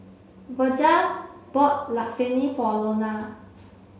Virgia bought Lasagne for Lona